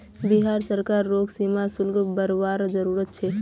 बिहार सरकार रोग सीमा शुल्क बरवार जरूरत छे